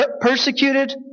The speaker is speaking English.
persecuted